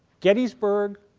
gettysburg,